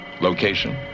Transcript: location